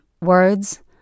words